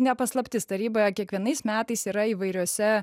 ne paslaptis taryboje kiekvienais metais yra įvairiose